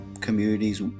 communities